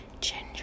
ginger